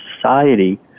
society